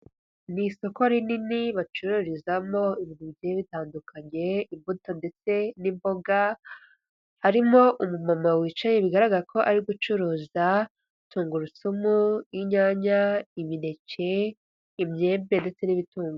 Ni isoko rinini bacururizamo ibintu bigiye bitandukanye imbuto ndetse n'imboga, harimo umu mama wicaye bigaragara ko ari gucuruza, tungurusumu, inyanya, imineke, imyembe ndetse n'ibitunguru.